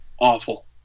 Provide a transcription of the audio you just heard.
awful